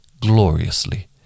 gloriously